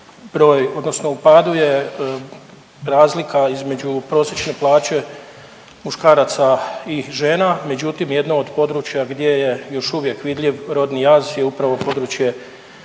padu je razlika između prosječne plaće muškaraca i žena, međutim jedno od područja gdje je još uvijek vidljiv rodni jaz je upravo područje